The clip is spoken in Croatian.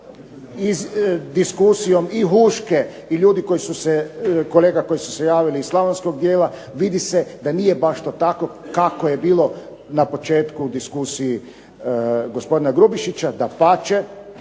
diskusijom i Huške i kolega koji su se javili iz Slavonskog dijela vidi se da nije baš to tako kako je bilo na početku u diskusiji kolege Grubišića.